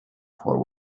poor